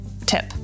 tip